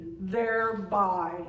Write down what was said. thereby